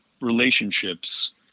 relationships